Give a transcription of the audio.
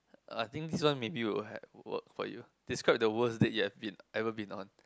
I think this one maybe will have will work for you describe the worst date you've been ever been on